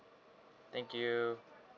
thank you